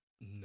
No